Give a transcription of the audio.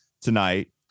tonight